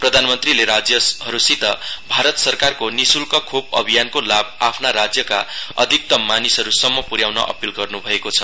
प्रधानमन्त्रीले राज्यहरूसित भारत सरकारको निःशुल्क खोप अभियानको लाभ अफ्ना राज्यका अधिकतम मानिसहरूसम्म पुः ्याउन अपील गर्नुभएको छ